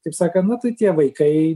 taip sakant nu tai tie vaikai